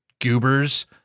goobers